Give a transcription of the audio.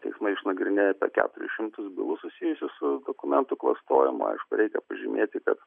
teismai išnagrinėja apie keturis šimtus bylų susijusių su dokumentų klastojimu aišku reikia pažymėti kad